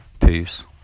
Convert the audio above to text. Peace